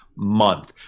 month